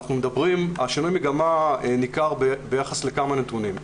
שינוי המגמה ניכר ביחס לכמה נתונים.